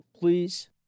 please